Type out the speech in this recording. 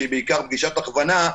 שהיא בעיקר פגישת הכוונה,